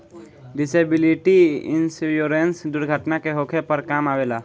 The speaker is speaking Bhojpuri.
डिसेबिलिटी इंश्योरेंस दुर्घटना के होखे पर काम अवेला